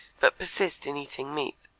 but persist in eating meat